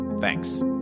thanks